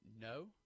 no